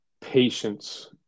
patience